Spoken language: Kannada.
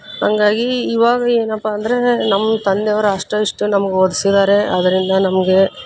ಹಂಗಾಗಿ ಇವಾಗ ಏನಪ್ಪ ಅಂದರೆ ನಮ್ಮ ತಂದೆಯವ್ರು ಅಷ್ಟೋ ಇಷ್ಟೋ ನಮ್ಗೆ ಓದ್ಸಿದ್ದಾರೆ ಅದರಿಂದ ನಮಗೆ